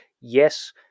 Yes